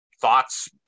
thoughts